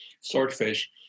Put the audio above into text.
swordfish